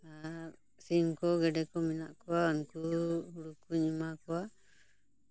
ᱟᱨ ᱥᱤᱢ ᱠᱚ ᱜᱮᱰᱮ ᱠᱚ ᱢᱮᱱᱟᱜ ᱠᱚᱣᱟ ᱩᱱᱠᱩ ᱦᱩᱲᱩ ᱠᱩᱧ ᱮᱢᱟ ᱠᱚᱣᱟ